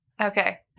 okay